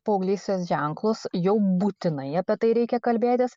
paauglystės ženklus jau būtinai apie tai reikia kalbėtis